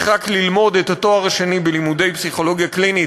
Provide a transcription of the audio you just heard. רק ללמוד את התואר השני בלימודי פסיכולוגיה קלינית,